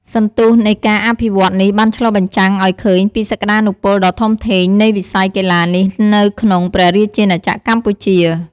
សន្ទុះនៃការអភិវឌ្ឍន៍នេះបានឆ្លុះបញ្ចាំងឱ្យឃើញពីសក្ដានុពលដ៏ធំធេងនៃវិស័យកីឡានេះនៅក្នុងព្រះរាជាណាចក្រកម្ពុជា។